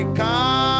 come